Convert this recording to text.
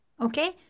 Okay